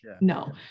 no